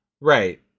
Right